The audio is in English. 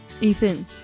Ethan